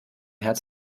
herz